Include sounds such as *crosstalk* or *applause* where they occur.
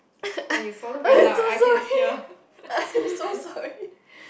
*laughs* I'm so sorry *laughs* I'm so sorry